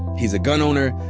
he's a gun owner.